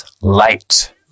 light